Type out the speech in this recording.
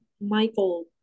Michael